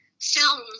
film